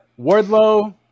Wardlow